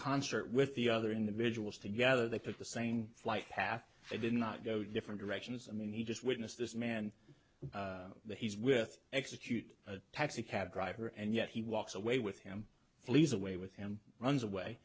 concert with the other individuals together they picked the same flight path they did not go different directions i mean he just witnessed this man that he's with execute a taxi cab driver and yet he walks away with him flees away with him runs away